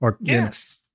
Yes